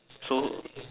so